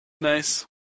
Nice